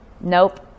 nope